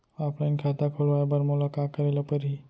Offline खाता खोलवाय बर मोला का करे ल परही?